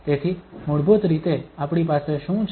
તેથી મૂળભૂત રીતે આપણી પાસે શું છે